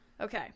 Okay